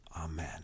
Amen